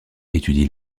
étudie